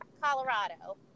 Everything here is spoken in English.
Colorado